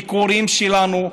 יקבל גם את הביקורים שלנו,